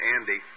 Andy